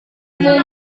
dari